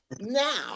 now